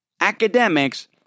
academics